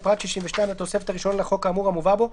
בפרט 62 לתוספת הראשונה לחוק האמור המובא בו,